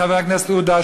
חבר הכנסת עודה,